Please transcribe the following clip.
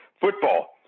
football